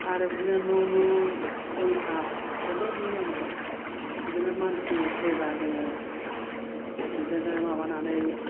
आरो बिदिनो न' न' जोंहा जोबोद नियम दं बिदिनो मानसि थैबा जोङो बिदिनो माबानानै